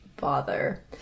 bother